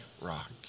rock